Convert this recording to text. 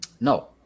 No